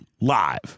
live